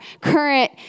current